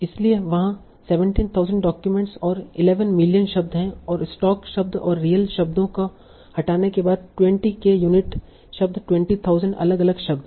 इसलिए वहां 17000 डाक्यूमेंट्स और 11 मिलियन शब्द हैं और स्टॉक शब्द और रियल शब्दों को हटाने के बाद 20k यूनिट शब्द 20000 अलग अलग शब्द हैं